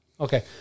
Okay